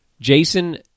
Jason